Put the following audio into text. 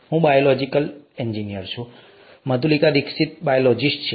હું biological engineer છું Madhulika Dixit biologist છે